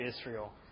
Israel